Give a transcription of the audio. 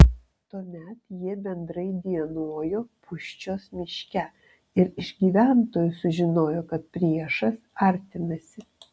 tuomet jie bendrai dienojo pūščios miške ir iš gyventojų sužinojo kad priešas artinasi